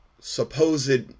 supposed